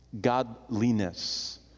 godliness